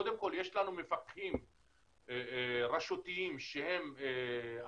קודם כל יש לנו מפקחים רשותיים שהם ערבים,